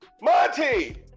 monty